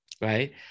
Right